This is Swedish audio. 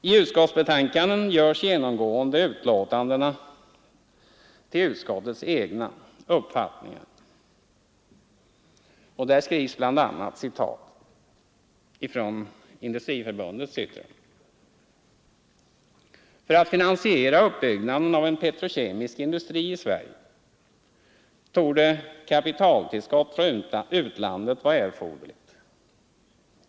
I utskottsutlåtandet görs genomgående remissinstansernas uppfattningar till utskottets egna. Industriförbundet skrev bl.a.: ”För att finansiera uppbyggnaden av en petrokemisk industri i Sverige torde kapitaltillskott från utlandet vara erforderligt.